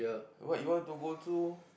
what you want to go through